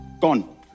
gone